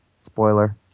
Spoiler